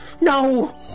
No